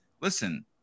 listen